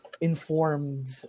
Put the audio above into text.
informed